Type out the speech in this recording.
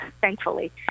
thankfully